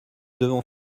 devons